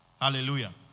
Hallelujah